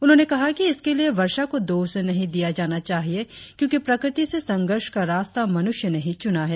उन्होंने कहा कि इसके लिए वर्षा को दोष नही दिया जाना चाहिए क्योकि प्रकृति से संधर्ष का रास्ता मनुष्य ने ही चूना है